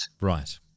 Right